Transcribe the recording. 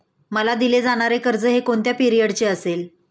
मला दिले जाणारे कर्ज हे कोणत्या पिरियडचे असेल?